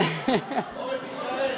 אורן, תישאר.